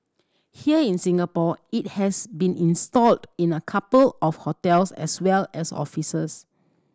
here in Singapore it has been installed in a couple of hotels as well as offices